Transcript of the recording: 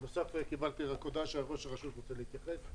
בנוסף, קיבלתי הודעה שראש הרשות רוצה להתייחס.